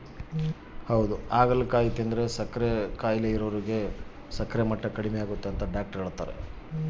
ಹಾಗಲಕಾಯಿ ಸಕ್ಕರೆ ಕಾಯಿಲೆ ಇರೊರಿಗೆ ಒಳ್ಳೆದು ಅಂತಾರ ಡಾಟ್ರು